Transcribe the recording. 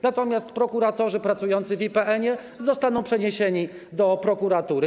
Natomiast prokuratorzy pracujący w IPN-ie zostaną przeniesieni do prokuratury.